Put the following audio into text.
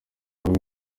avuga